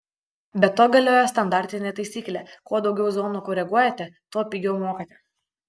be to galioja standartinė taisyklė kuo daugiau zonų koreguojate tuo pigiau mokate